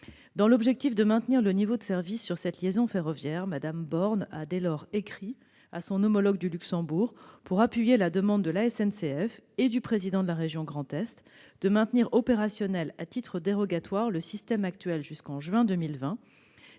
Dans l'objectif de maintenir le niveau de service sur cette liaison ferroviaire, Mme Borne a écrit à son homologue du Luxembourg pour appuyer la demande de la SNCF et du président de la région Grand Est de maintenir opérationnel à titre dérogatoire le système actuel jusqu'en juin 2020,